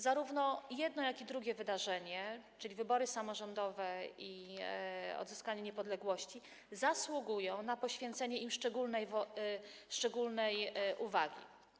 Zarówno jedno, jak i drugie wydarzenie, czyli wybory samorządowe i odzyskanie niepodległości, zasługują na poświęcenie im szczególnej uwagi.